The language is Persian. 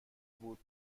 بود